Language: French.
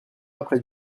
après